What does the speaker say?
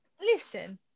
listen